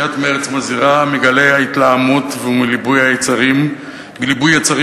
סיעת מרצ מזהירה מגלי ההתלהמות ומליבוי יצרים מיותר